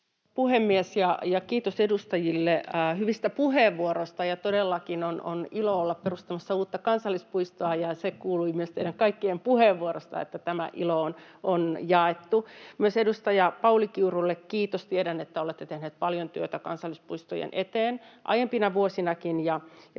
puhemies! Kiitos edustajille hyvistä puheenvuoroista. Todellakin on ilo olla perustamassa uutta kansallispuistoa, ja kuului myös teidän kaikkien puheenvuoroista, että tämä ilo on jaettu. Myös edustaja Pauli Kiurulle kiitos: tiedän, että olette tehnyt paljon työtä kansallispuistojen eteen aiempina vuosinakin,